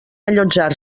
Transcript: allotjar